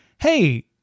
hey